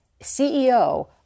CEO